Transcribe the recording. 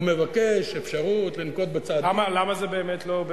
ומבקש אפשרות לנקוט צעדים --- למה זה באמת לא,